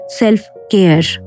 self-care